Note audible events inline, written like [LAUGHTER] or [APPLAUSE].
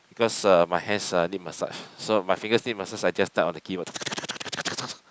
because uh my hands uh need massage so my fingers need massage I just type on the keyboard [NOISE]